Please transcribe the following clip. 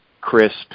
crisp